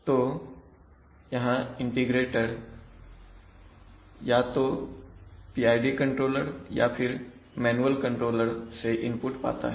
तो यहां इंटीग्रेटर या तो PID कंट्रोलर या फिर मैनुअल कंट्रोलर से इनपुट पाता है